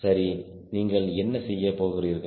சரி நீங்கள் என்ன செய்ய போகிறீர்கள்